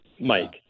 Mike